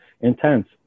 intense